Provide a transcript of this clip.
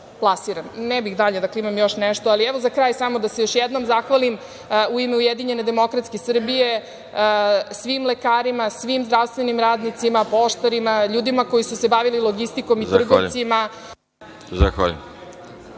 Ne bih dalje. Imam još nešto.Za kraj, samo da se još jednom zahvalim u ime ujedinjene demokratske Srbije svim lekarima, svim zdravstvenim radnicima, poštarima, ljudima koji su se bavili logistikom i trgovcima i svim